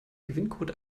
gewinncode